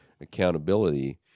accountability